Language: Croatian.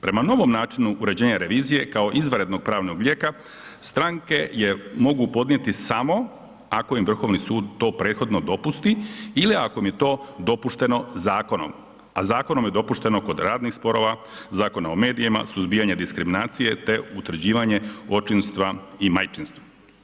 Prema novom načinu uređenja revizije, kao izvanrednog pravnog lijeka, stranke je mogu podnijeti samo ako im Vrhovni sud to prethodno dopusti ili ako je to dopušteno zakonom, a zakonom je dopušteno kod radnih sporova, Zakona o medijima, suzbijanju diskriminacije te utvrđivanje očinstva i majčinstva.